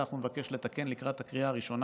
את זה אנחנו נבקש לתקן לקראת הקריאה הראשונה.